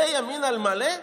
זה ימין על מלא?